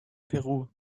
peru